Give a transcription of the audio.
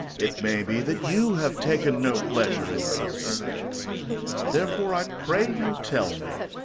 it may be that you have taken no pleasure in those sights therefore, i pray you tell me,